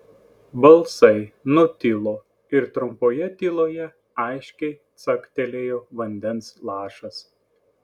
balsai nutilo ir trumpoje tyloje aiškiai caktelėjo vandens lašas